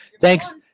Thanks